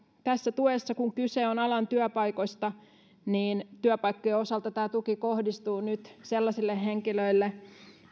tässä tuessa kun kyse on alan työpaikoista työpaikkojen osalta tämä tuki kohdistuu nyt sellaisille henkilöille